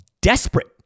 desperate